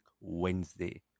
Wednesday